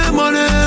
money